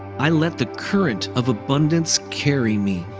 i let the current of abundance carry me.